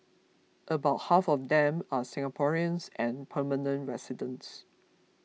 about half of them are Singaporeans and permanent residents